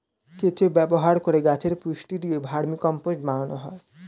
কেঁচো ব্যবহার করে গাছে পুষ্টি দিয়ে ভার্মিকম্পোস্ট বানায়